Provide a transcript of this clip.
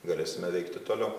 galėsime veikti toliau